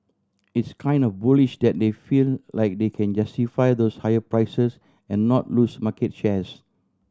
it's kind of bullish that they feel like they can justify those higher prices and not lose market shares